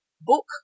book